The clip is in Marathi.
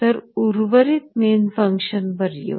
तर उर्वरित मेन फंक्शन वर येऊ